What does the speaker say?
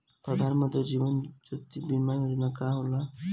प्रधानमंत्री जीवन ज्योति बीमा योजना का होला?